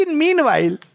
meanwhile